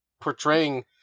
portraying